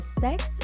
sex